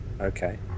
Okay